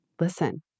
listen